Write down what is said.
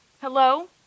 Hello